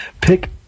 Pick